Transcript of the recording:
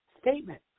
statement